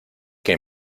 que